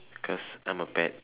because I'm a pet